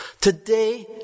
Today